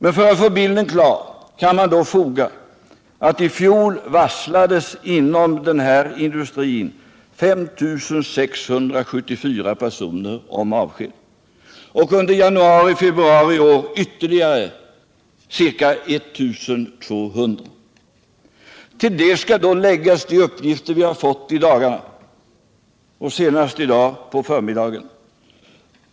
Men för att få bilden klar kan man tillfoga att i fjol varslades inom den här industrin 5 674 personer om avsked och under januari-februari i år ytterligare ca 1 200 personer. Till detta skall läggas de uppgifter vi har fått i dagarna och senast i dag på förmiddagen.